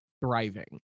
thriving